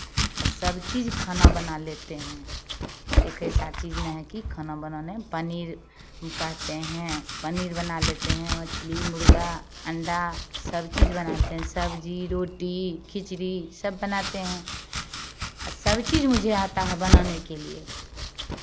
आ सब चीज़ खाना बना लेते हैं एक ऐसा चीज़ नहीं है कि खाना बनाने पनीर कहते हैं पनीर बना लेते हैं मछली मुर्गा अंडा सब चीज़ बना लेते हैं सब्जी रोटी खिचड़ी सब बनाते हैं सब चीज़ मुझे आता है बनाने के लिए